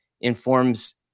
informs